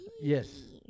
yes